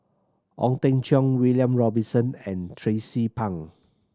Ong Teng Cheong William Robinson and Tracie Pang